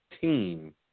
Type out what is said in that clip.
team